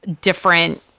different